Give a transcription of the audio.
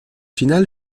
finale